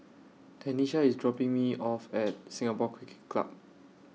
Tenisha IS dropping Me off At Singapore Cricket Club